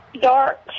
dark